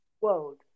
world